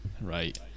right